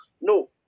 No